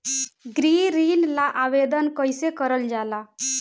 गृह ऋण ला आवेदन कईसे करल जाला?